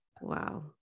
Wow